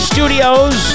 Studios